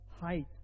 height